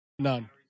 None